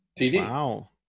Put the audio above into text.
Wow